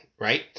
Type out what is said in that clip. right